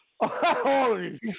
Holy